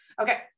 Okay